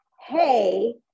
hey